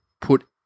put